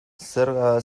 zerga